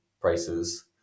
prices